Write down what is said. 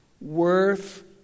worth